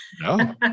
No